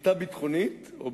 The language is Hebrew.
בשליטה ביטחונית של